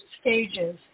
stages